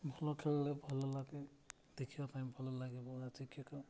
ଭଲ ଖେଳିଲେ ଭଲ ଲାଗେ ଦେଖିବା ପାଇଁ ଭଲ ଲାଗେ ବହୁ ଅଧିକ